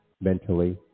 mentally